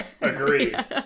Agreed